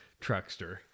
truckster